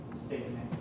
statement